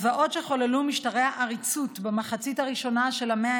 הזוועות שחוללו משטרי העריצות במחצית הראשונה של המאה